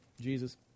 Jesus